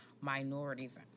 minorities